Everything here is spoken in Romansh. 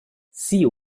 sia